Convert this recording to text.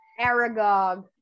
Aragog